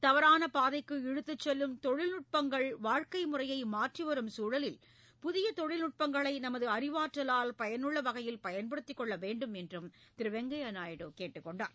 தவறாள பாதைக்கு இழுத்துச் செல்லும் தொழில்நுட்பங்கள் வாழ்க்கை முறையை மாற்றி வரும் சூழலில் புதிய தொழில்நுட்பங்களை நமது அறிவாற்றவால் பயனுள்ள வகையில் பயன்படுத்திக் கொள்ள வேண்டுமென்றும் திரு வெங்கய்ய நாயுடு கேட்டுக் கொண்டார்